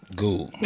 goo